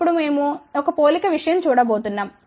ఇప్పుడు మేము ఒక పోలిక విషయం చూడబోతున్నాం